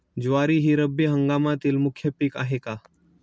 ज्वारी हे रब्बी हंगामातील मुख्य पीक आहे का?